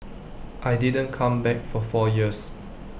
I didn't come back for four years